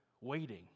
waiting